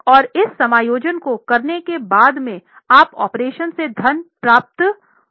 और इस समायोजन को करने के बाद में आप ऑपरेशन से धन प्राप्त उपयोग करते हैं